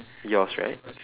yours right